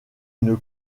une